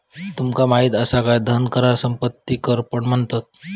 तुमका माहित असा काय धन कराक संपत्ती कर पण म्हणतत?